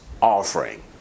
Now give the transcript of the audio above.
offering